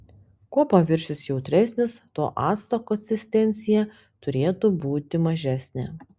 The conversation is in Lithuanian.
kuo paviršius jautresnis tuo acto konsistencija turėtų būti mažesnė